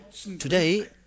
Today